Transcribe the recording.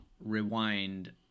rewind